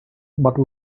but